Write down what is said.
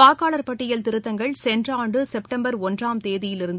வாக்காளர் பட்டியல் திருத்தங்கள் சென்ற ஆண்டு செப்டம்பர் ஒன்றாம் தேதியலிருந்து